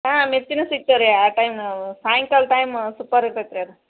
ಹಾಂ ಮಿರ್ಚಿನು ಸಿಕ್ತವೆ ರೀ ಆ ಟೈಮ್ ಸಾಯಿಂಕಾಲ ಟೈಮ್ ಸೂಪರ್ ಇರ್ತೈತೆ ರೀ ಅದು